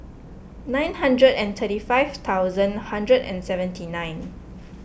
nine hundred and thirty five thousand hundred and seventy nine